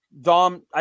Dom